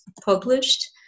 published